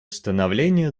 становления